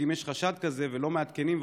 כי אם יש חשד כזה ולא מעדכנים,